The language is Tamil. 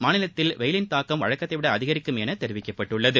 மாநிலத்தில் வெயிலின் தாக்கம் வழக்கத்தைவிட அதிகரிக்கும் என தெரிவிக்கப்பட்டுள்ளது